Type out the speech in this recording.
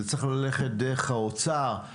זה צריך ללכת דרך האוצר,